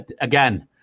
again